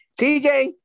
TJ